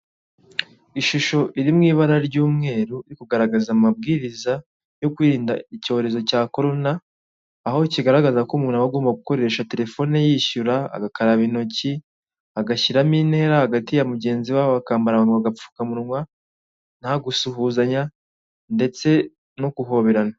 Ishusho iri mu ibara ry'umweru yo kugaragaza amabwiriza yo kwirinda icyorezo cya korona aho kigaragaza ko umuntu aba agomba gukoresha telefone ye yishyura agakaraba intoki agashyiramo intera hagati ya mugenzi we bakambara agapfukamunwa nta gusuhuzanya ndetse no guhoberana.